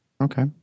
Okay